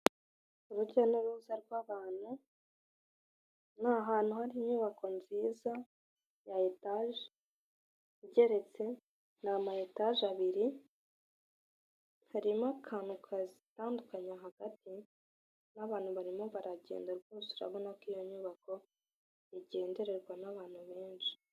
Urujya n'uruza rw'abantu nahantu hari inyubako nziza ya etaje igeretse ni ama etaje abiri harimo akantu kazitandukanye hagati n'abantu barimo baragenda rwose urabona ko iyo nyubako igendererwa n'abantu benshi.